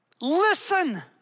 Listen